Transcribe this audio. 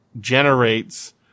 Generates